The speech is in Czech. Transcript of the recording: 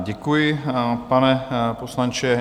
Děkuji, pane poslanče.